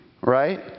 right